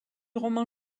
roman